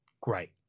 Great